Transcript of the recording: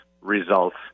results